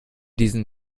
diesem